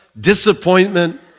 disappointment